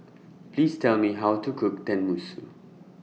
Please Tell Me How to Cook Tenmusu